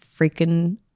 freaking